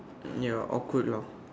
ya awkward lah